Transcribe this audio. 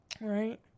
Right